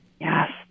Yes